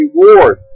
reward